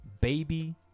Baby